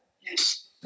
Yes